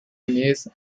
maze